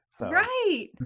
Right